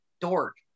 dork